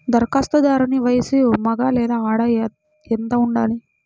ధరఖాస్తుదారుని వయస్సు మగ లేదా ఆడ ఎంత ఉండాలి?